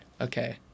Okay